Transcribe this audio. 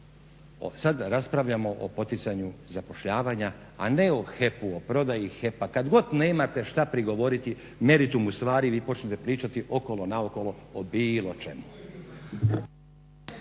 sad raspravljamo o poticanju zapošljavanja, a ne o HEP-u, o prodaji HEP-a. Kad god nemate šta prigovoriti meritumu stvari vi počnete pričati okolo naokolo o bilo čemu.